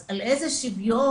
אז על איזה שוויון,